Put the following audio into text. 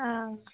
हँ